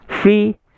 free